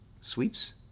sweeps